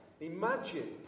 imagine